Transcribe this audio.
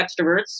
extroverts